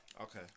Okay